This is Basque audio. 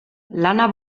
lana